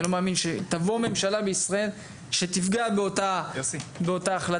אני לא מאמין שתבוא ממשלה בישראל שתפגע באותה החלטה.